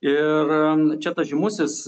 ir čia tas žymusis